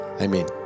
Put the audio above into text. Amen